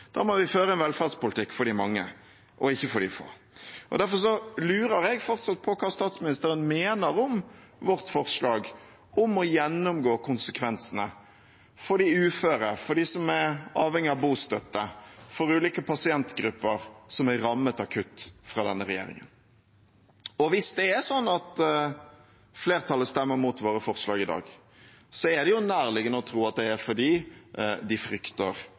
Da må vi føre en velferdspolitikk for de mange, ikke for de få. Derfor lurer jeg fortsatt på hva statsministeren mener om vårt forslag om å gjennomgå konsekvensene for de uføre, for dem som er avhengig av bostøtte, og for ulike pasientgrupper som er rammet av kutt fra denne regjeringen. Hvis flertallet stemmer imot forslagene våre i dag, er det nærliggende å tro at det er fordi de frykter